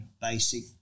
basic